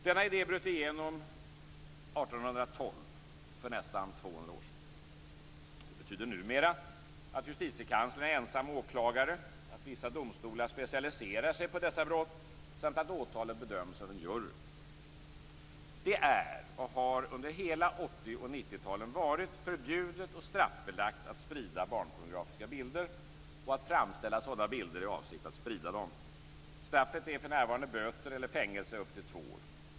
Denna idé bröt igenom 1812 - för nästan 200 år sedan. Det betyder numera att Justitiekanslern är ensam åklagare, att visa domstolar specialiserat sig på dessa brott samt att åtalet bedöms av en jury. Det är, och har under hela 80 och 90-talet varit, förbjudet och straffbelagt att sprida barnpornografiska bilder och att framställa sådana bilder i avsikt att sprida dem. Straffet är för närvarande böter eller fängelse upp till två år.